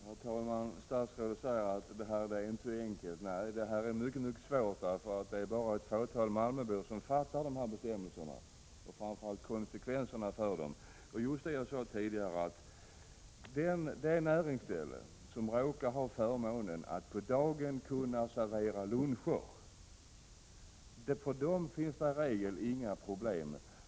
Herr talman! Statsrådet säger att detta inte är så enkelt. Nej, det är mycket svårt. Det är bara ett fåtal malmöbor som förstår dessa bestämmelser, och framför allt de konsekvenser de får. Det näringsställe som råkar ha förmånen att på dagen kunna servera luncher har som regel inga problem.